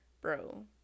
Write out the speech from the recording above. bro